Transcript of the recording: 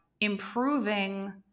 improving